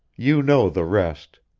you know the rest.